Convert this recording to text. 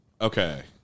Okay